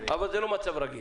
אבל זה לא מצב רגיל